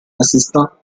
assistant